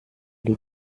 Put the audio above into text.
die